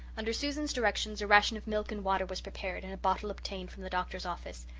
under susan's directions a ration of milk and water was prepared, and a bottle obtained from the doctor's office.